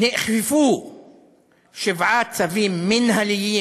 נאכפו שבעה צווים מינהליים